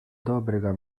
dobrega